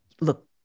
look